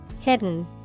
Hidden